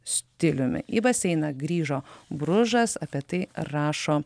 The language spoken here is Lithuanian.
stiliumi į baseiną grįžo bružas apie tai rašo